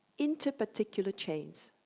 into particular chains